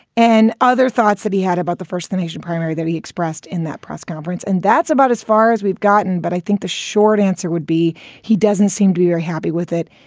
and other thoughts that he had about the first nation primary that he expressed in that press conference, and that's about as far as we've gotten. but i think the short answer would be he doesn't seem to you're happy with it,